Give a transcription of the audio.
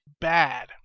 bad